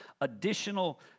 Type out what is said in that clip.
Additional